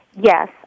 yes